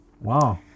Wow